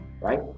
right